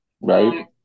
right